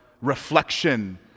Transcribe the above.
reflection